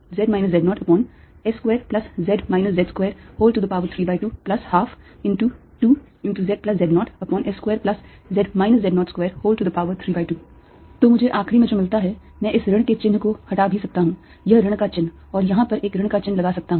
Vxyzq4π01x2y2z z02 1x2y2zz02q4π01s2z z02 1s2zz02 Ezxyz ∂V∂z q4π0 122z z0s2z z0232122zz0s2z z0232 तो मुझे आखरी में जो मिलता है मैं इस ऋण के चिह्न को हटा भी सकता हूं यह ऋण का चिह्न और यहां पर एक ऋण का चिह्न लगा सकता हूँ